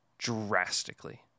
drastically